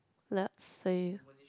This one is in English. let say